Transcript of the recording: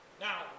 now